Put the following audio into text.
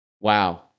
Wow